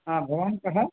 भवान् कः